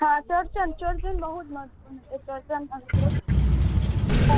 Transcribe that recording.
हँ चौरचन चौरचन बहुत महत्वपूर्ण चौरचन